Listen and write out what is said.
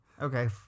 Okay